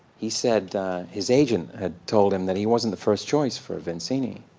he said his agent had told him that he wasn't the first choice for vizzini.